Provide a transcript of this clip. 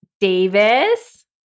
Davis